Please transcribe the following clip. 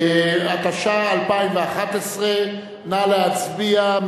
התשע"א 2011, נא להצביע.